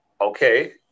okay